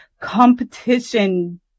competition